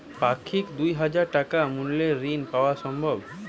পাক্ষিক দুই হাজার টাকা মূল্যের ঋণ পাওয়া সম্ভব?